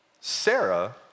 Sarah